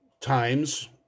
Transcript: times